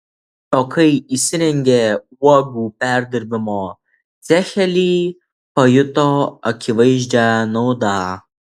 o kai įsirengė uogų perdirbimo cechelį pajuto akivaizdžią naudą